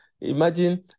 Imagine